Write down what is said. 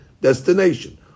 destination